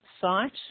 site